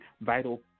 vital